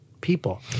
people